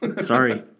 Sorry